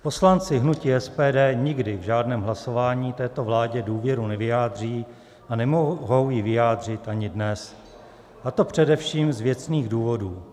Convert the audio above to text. Poslanci hnutí SPD nikdy v žádném hlasování této vládě důvěru nevyjádří a nemohou ji vyjádřit ani dnes, a to především z věcných důvodů.